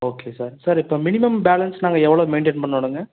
okay sir sir இப்போ minimum balance நாங்கள் எவ்வளோ மெயின்டன் பண்ணோனும்ங்க